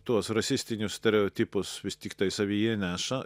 tuos rasistinius stereotipus vis tiktai savyje neša